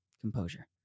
composure